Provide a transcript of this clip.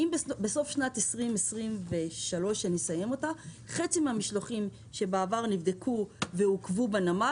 בסוף שנת 2023 חצי מהמשלוחים שבעבר נבדקו ועוכבו בנמל,